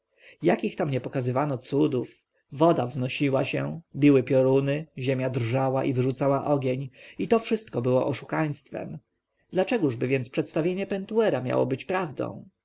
jakich tam nie pokazywano cudów woda wznosiła się biły pioruny ziemia drżała i wyrzucała ogień i to wszystko było oszukaństwem dlaczegóżby więc przedstawienie pentuera miało być prawdą